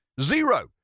zero